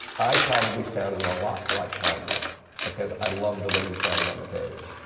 i probably sounded a lot like tom wolf because i loved the way he sounded on the page.